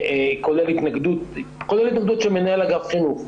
כולל התנגדות של מנהל אגף חינוך.